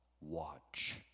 watch